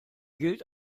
gilt